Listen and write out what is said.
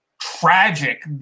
tragic